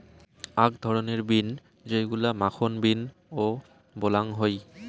আক ধরণের বিন যেইগুলা মাখন বিন ও বলাং হই